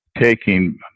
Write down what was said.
taking